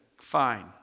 fine